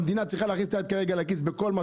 המדינה צריכה להכניס את היד כרגע לכיס בכל מה